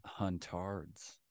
huntards